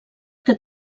que